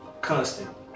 constant